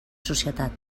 societat